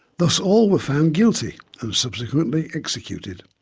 thus all were found guilty and subsequently executed.